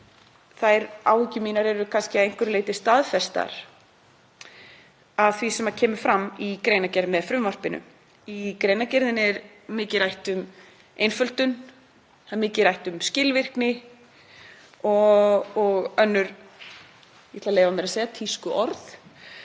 þær áhyggjur mínar eru kannski að einhverju leyti staðfestar með því sem kemur fram í greinargerð með frumvarpinu. Í greinargerðinni er mikið rætt um einföldun. Það er mikið rætt um skilvirkni og önnur tískuorð, ætla ég að leyfa mér að segja; það